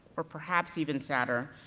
or perhaps even sadder,